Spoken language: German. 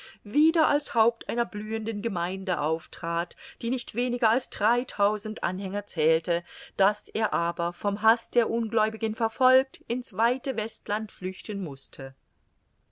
wieder als haupt einer blühenden gemeinde auftrat die nicht weniger als dreitausend anhänger zählte daß er aber vom haß der ungläubigen verfolgt in's weite westland flüchten mußte